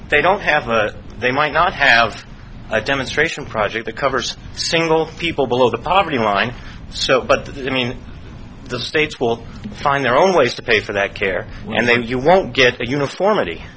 they don't have a they might not have a demonstration project that covers single people below the poverty line so but that i mean the states will find their own ways to pay for that care and then you won't get uniformity